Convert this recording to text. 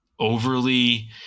overly